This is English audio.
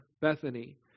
Bethany